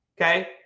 okay